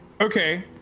Okay